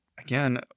again